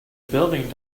building